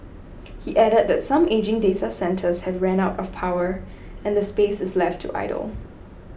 he added that some ageing data centres have ran out of power and the space is left to idle